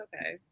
okay